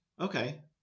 Okay